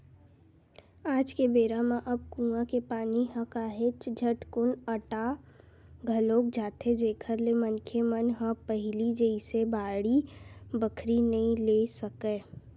आज के बेरा म अब कुँआ के पानी ह काहेच झटकुन अटा घलोक जाथे जेखर ले मनखे मन ह पहिली जइसे बाड़ी बखरी नइ ले सकय